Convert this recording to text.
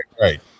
right